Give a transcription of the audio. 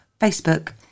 Facebook